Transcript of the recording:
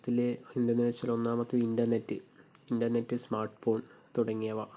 ഇതില് എന്താണെന്ന് വെച്ചാൽ ഒന്നാമത്തെ ഇൻ്റർനെറ്റ് ഇൻ്റർനെറ്റ് സ്മാർട്ട് ഫോൺ തുടങ്ങിയവ